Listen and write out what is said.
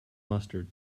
mustard